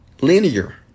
Linear